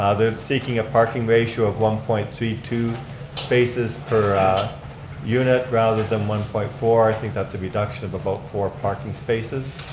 ah they're seeking a parking ratio of one point three two spaces per unit, rather than one point four. i think that's a reduction of about four parking spaces.